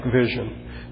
vision